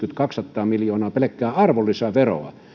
kaksisataa miljoonaa pelkkänä arvonlisäverona